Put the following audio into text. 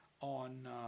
on